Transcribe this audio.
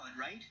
right